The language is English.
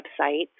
website